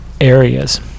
areas